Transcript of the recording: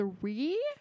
Three